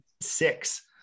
six